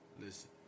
Listen